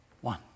one